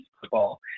football